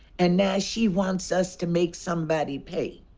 and now she wants us to make somebody pay.